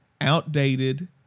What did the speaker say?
outdated